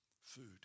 Food